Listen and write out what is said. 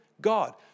God